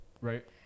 Right